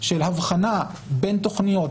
של אבחנה בין תכניות,